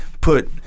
put